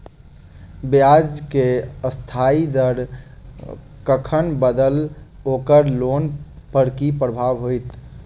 ब्याज केँ अस्थायी दर कखन बदलत ओकर लोन पर की प्रभाव होइत?